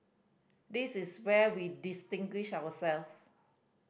this is where we distinguish ourselves